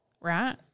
Right